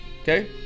okay